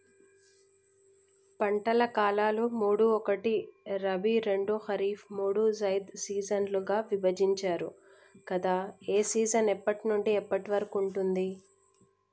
పంటల కాలాలు మూడు ఒకటి రబీ రెండు ఖరీఫ్ మూడు జైద్ సీజన్లుగా విభజించారు కదా ఏ సీజన్ ఎప్పటి నుండి ఎప్పటి వరకు ఉంటుంది?